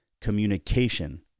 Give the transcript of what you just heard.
Communication